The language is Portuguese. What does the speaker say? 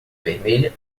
vermelha